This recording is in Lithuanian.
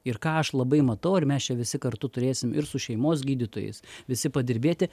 ir ką aš labai matau ir mes čia visi kartu turėsim ir su šeimos gydytojais visi padirbėti